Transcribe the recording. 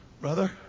Brother